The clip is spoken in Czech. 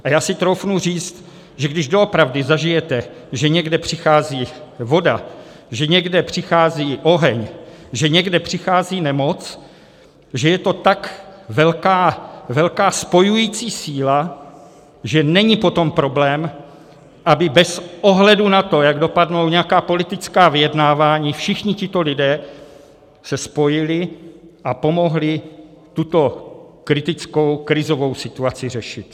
A já si troufnu říct, že když doopravdy zažijete, že někde přichází voda, že někde přichází oheň, že někde přichází nemoc, že je to tak velká spojující síla, že není potom problém, aby bez ohledu na to, jak dopadnou nějaká politická vyjednávání, všichni tito lidé se spojili a pomohli tuto kritickou krizovou situaci řešit.